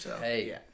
Hey